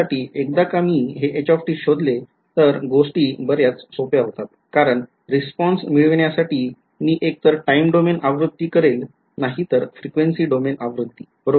LTI सिस्टिमसाठी एकदा का मी हे h शोधले तर गोष्टी सोप्या होतात कारण रिस्पॉन्स मिळण्यासाठी मी एक तर टाईम डोमेन आवृत्ती करेल नाही तर frequency डोमेन आवृत्ती बरोबर